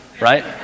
right